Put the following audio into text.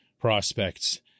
prospects